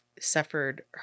suffered